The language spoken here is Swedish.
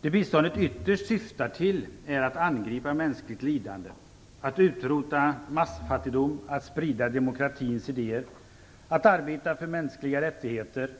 Det biståndet ytterst syftar till är att angripa mänskligt lidande, att utrota massfattigdom, att sprida demokratins idéer, att arbeta för mänskliga rättigheter,